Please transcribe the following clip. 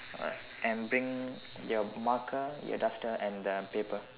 alright and bring your marker your duster and the paper